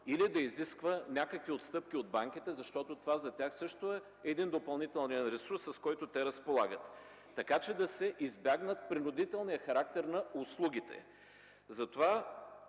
или да изисква някакви отстъпки от банките, защото това за тях също е един допълнителен ресурс, с който те разполагат, така че да се избегне принудителният характер на услугите. Мисля,